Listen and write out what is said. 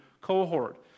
cohort